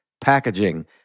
packaging